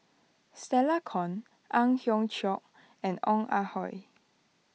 Stella Kon Ang Hiong Chiok and Ong Ah Hoi